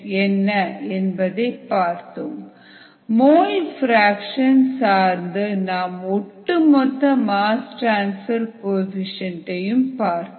ri KL aCO2 CO2V mole fraction சார்ந்து நாம் ஒட்டுமொத்த மாஸ் டிரன்ஸ்ஃபர் கோஎஃபீஷியேன்ட் பார்த்தோம்